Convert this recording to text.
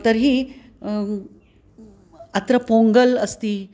तर्हि अत्र पोङ्गल् अस्ति